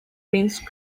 prince